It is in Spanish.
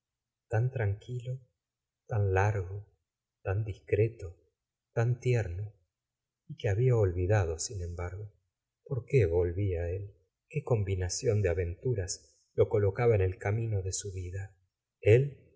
tan tranquilo tan largo tan discreto tan tierno y que había olvidado sin embargo por qué volvía él qué combinación de aventuras lo colocaba en el camino de su vida el